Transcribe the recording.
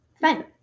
fine